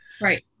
right